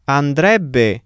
andrebbe